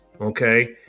Okay